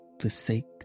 forsake